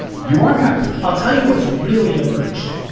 you are happy. i'll tell you what's really emerged,